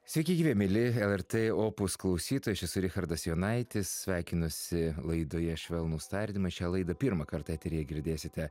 sveiki gyvi mieli lrt opus klausytojai aš esu richardas jonaitis sveikinuosi laidoje švelnūs tardymai šią laidą pirmą kartą eteryje girdėsite